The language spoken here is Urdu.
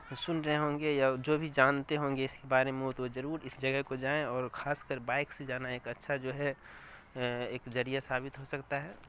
سن رہے ہوں گے یا جو بھی جانتے ہوں گے اس کے بارے میں وہ تو وہ ضرور اس جگہ کو جائیں اور خاص کر بائک سے جانا ایک اچھا جو ہے ایک ذریعہ ثابت ہو سکتا ہے